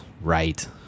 right